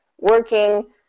working